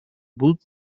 будут